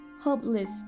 hopeless